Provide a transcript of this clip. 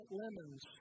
lemons